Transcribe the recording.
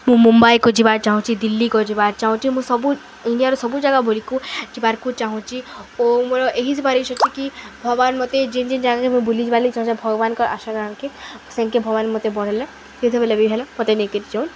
ମୁଁ ମୁମ୍ବାଇକୁ ଯିବାକୁ ଚାହୁଁଚି ଦିଲ୍ଲୀକୁ ଯିବାକୁ ଚାହୁଁଚି ମୁଁ ସବୁ ଇଣ୍ଡିଆର ସବୁ ଜାଗା ଗୁଡ଼ିକୁ ଯିବାକୁ ଚାହୁଁଚି ଓ ମୋର ଏହି ଯିବାର ଅଛି କି ଭଗବାନ୍ ମତେ ଯେନ୍ ଯେନ୍ ଜାଗାକେ ମୁଁ ବୁଲିିଯିବାକେ ଚାହୁଁଚେଁ ଭଗବାନଙ୍କର୍ ଆଶାରାଙ୍କେ ସେନ୍କେ ଭଗବାନ୍ ମତେ ବଡ଼ ହେଲେ ଯେତେବେଲେ ବି ହେଲେ ମତେ ନେଇକିରିି ଯଉନ୍